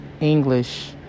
English